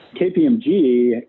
KPMG